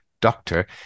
doctor